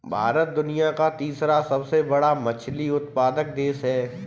भारत दुनिया का तीसरा सबसे बड़ा मछली उत्पादक देश है